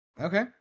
okay